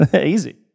Easy